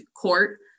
court